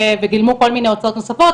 וגילמו כל מיני הוצאות נוספות.